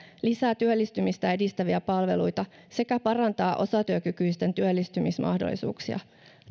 lisää työllistymistä edistäviä palveluita sekä parantaa osatyökykyisten työllistymismahdollisuuksia